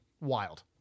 Wild